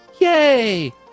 Yay